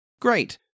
great